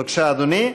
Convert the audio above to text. בבקשה, אדוני,